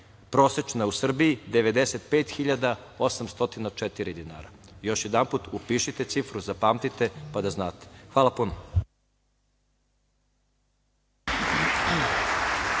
prosečna u Srbiji – 95.804. dinara. Još jedanput, upišite cifru, zapamtite, pa da znate. Hvala puno.